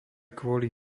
kvôli